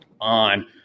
On